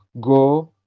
Go